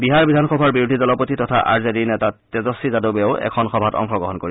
বিহাৰ বিধানসভাৰ বিৰোধী দলপতি তথা আৰ জে ডি নেতা তেজস্বী যাদৱেও এখন সভাত অংশগ্ৰহণ কৰিব